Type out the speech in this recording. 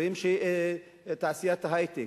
רואים שיש תעשיית היי-טק,